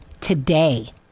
today